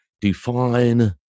Define